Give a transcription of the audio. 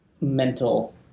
mental